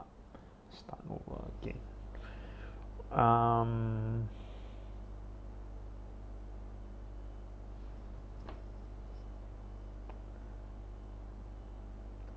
start over again um